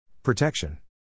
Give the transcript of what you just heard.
Protection